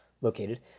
located